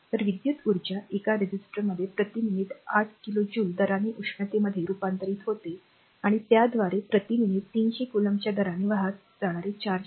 तर विद्युत् उर्जा एका रेसिस्टरमध्ये प्रति मिनिट 8 किलो जूल दराने उष्णतेमध्ये रुपांतरित होते आणि त्याद्वारे प्रति मिनिट 300 क्योलॉम्बच्या दराने वाहते जाणारे चार्ज